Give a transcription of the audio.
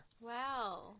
Wow